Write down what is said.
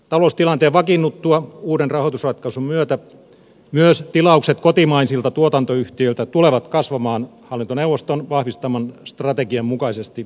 taloustilanteen vakiinnuttua uuden rahoitusratkaisun myötä myös tilaukset kotimaisilta tuotantoyhtiöiltä tulevat kasvamaan hallintoneuvoston vahvistaman strategian mukaisesti